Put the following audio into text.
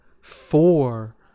Four